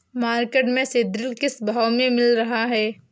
Market में सीद्रिल किस भाव में मिल रहा है?